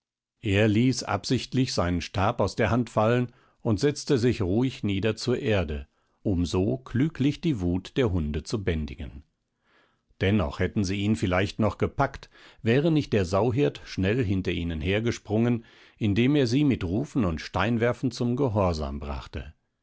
er ließ absichtlich seinen stab aus der hand fallen und setzte sich ruhig nieder zur erde um so klüglich die wut der hunde zu bändigen dennoch hätten sie ihn vielleicht noch gepackt wäre nicht der sauhirt schnell hinter ihnen hergesprungen indem er sie mit rufen und steinwerfen zum gehorsam brachte